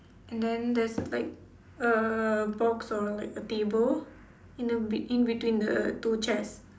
and then there's like a box or like a table in the be~ in between the two chairs